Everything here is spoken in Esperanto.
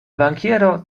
bankiero